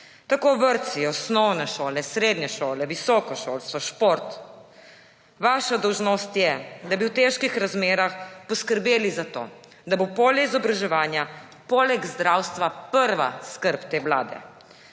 Tako vrtci, osnovne šole, srednje šole, visoko šolstvo, šport. Vaša dolžnost je, da bi v težkih razmerah poskrbeli za to, da bo polje izobraževanja poleg zdravstva prva skrb te vlade.